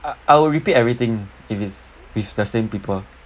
I will repeat everything if it's with the same people